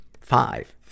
five